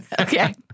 Okay